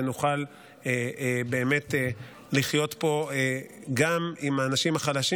ונוכל באמת לחיות פה גם עם האנשים החלשים